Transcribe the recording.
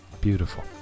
Beautiful